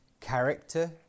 character